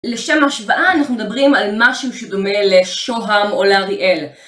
לשם ההשוואה אנחנו מדברים על משהו שדומה לשוהם או לאריאל.